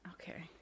Okay